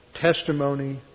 testimony